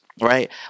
right